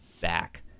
back